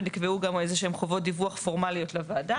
ונקבעו גם איזשהן חובות דיווח פורמליות לוועדה.